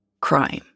crime